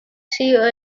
sido